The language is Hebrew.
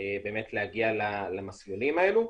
באמת להגיע למסלולים האלה.